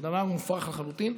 זה דבר מופרך לחלוטין.